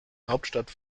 hauptstadt